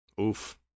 Oof